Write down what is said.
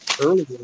earlier